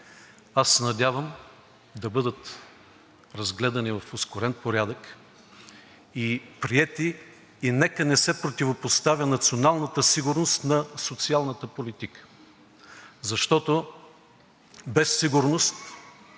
се надявам да бъдат разгледани в ускорен порядък и приети. Нека не се противопоставя националната сигурност на социалната политика, защото без сигурност